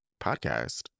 podcast